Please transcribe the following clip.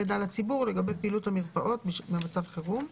מידע לציבור לגבי פעילות המרפאות במצב חירום.